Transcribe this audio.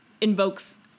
invokes